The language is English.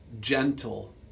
gentle